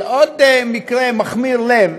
עוד מקרה מכמיר לב,